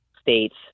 states